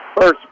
First